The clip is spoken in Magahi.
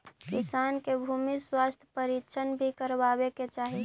किसान के भूमि स्वास्थ्य परीक्षण भी करवावे के चाहि